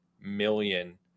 million